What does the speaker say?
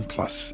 Plus